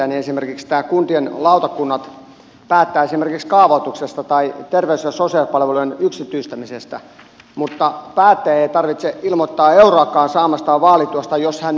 esimerkiksi tämä että kuntien lautakunnat päättävät esimerkiksi kaavoituksesta tai terveys ja sosiaalipalvelujen yksityistämisestä mutta päättäjän ei tarvitse ilmoittaa euroakaan saamastaan vaalituesta jos hän ei ole valtuutettu